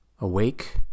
Awake